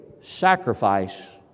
sacrifice